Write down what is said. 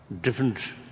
different